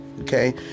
Okay